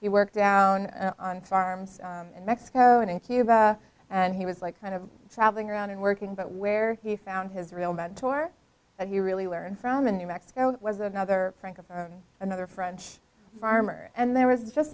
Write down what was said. you work down on farms in mexico and in cuba and he was like kind of traveling around and working but where he found his real mentor and he really learned from in new mexico was another frank of another french farmer and there was just